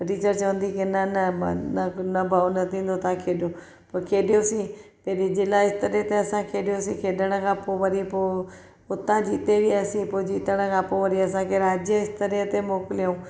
teacher चवंदी के न न मन न भव न थींदो तव्हांखे खेॾो पोइ खेॾियोसीं जॾहिं जिला स्तर ते असां खेॾियोसीं खेॾण खां पोइ वरी पोइ उतां जीते बि असीं पोइ जीतण खां पोइ वरी पोइ असां राज्य स्तर ते मोकिलियो